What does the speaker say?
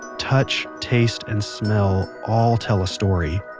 touch, taste and smell all tell a story.